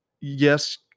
Yes